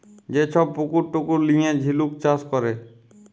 যে ছব পুকুর টুকুর লিঁয়ে ঝিলুক চাষ ক্যরে